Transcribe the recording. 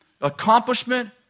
accomplishment